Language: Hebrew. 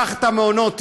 קח את מעונות היום,